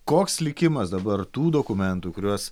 koks likimas dabar tų dokumentų kuriuos